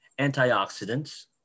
antioxidants